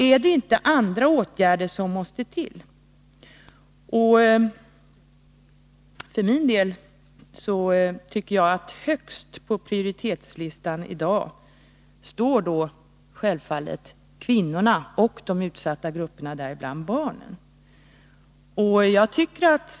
Är det inte andra åtgärder som måste till? För min del står i dag självfallet kvinnorna och de utsatta grupperna, däribland barnen, högst upp på prioritetslistan.